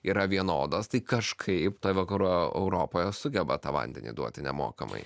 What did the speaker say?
yra vienodos tai kažkaip toj vakarų europoje sugeba tą vandenį duoti nemokamai